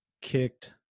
kicked